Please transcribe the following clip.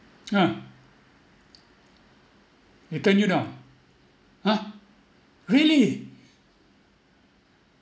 ya they turn you down !huh! really